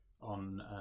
on